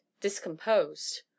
discomposed